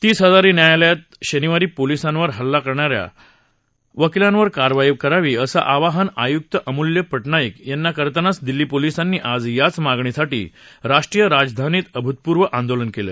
तीस हजारी न्यायालयात शनिवारी पोलिसांवर हल्ला करणाऱ्या वकिलांवर कारवाई करावी असं आवाहन आयुक्त अमूल्य पटनाईक यांना करतानाच दिल्ली पोलिसांनी आज याच मागणीसाठी राष्ट्रीय राजधानीत अभूतपूर्व आंदोलन केलं